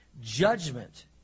Judgment